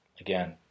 Again